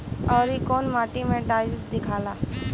औवरी कौन माटी मे डाई दियाला?